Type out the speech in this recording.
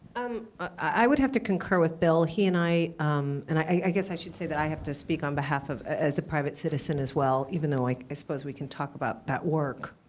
um i would have to concur with bill. and i um and i guess i should say that i have to speak on behalf of as a private citizen as well, even though like i suppose we can talk about that work.